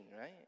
right